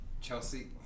Chelsea